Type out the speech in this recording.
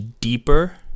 deeper